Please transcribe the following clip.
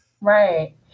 Right